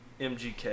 MGK